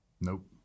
nope